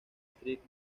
street